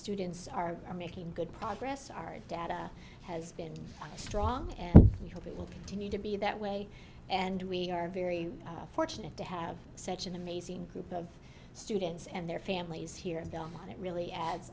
students are are making good progress our data has been strong and we hope it will continue to be that way and we are very fortunate to have such an amazing group of students and their families here it really adds